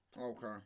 Okay